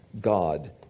God